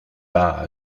bas